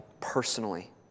personally